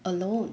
alone